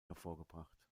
hervorgebracht